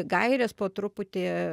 gairės po truputį